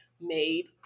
made